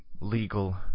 legal